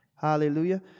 Hallelujah